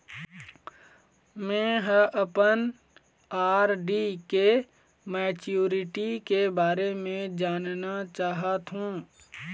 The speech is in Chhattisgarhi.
में ह अपन आर.डी के मैच्युरिटी के बारे में जानना चाहथों